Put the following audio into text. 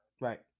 Right